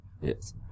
Yes